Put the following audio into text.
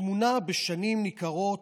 התמונה בשנים ניכרות,